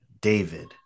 david